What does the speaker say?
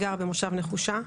אני גרה במושב נחושה.